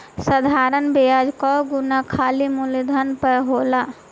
साधारण बियाज कअ गणना खाली मूलधन पअ होला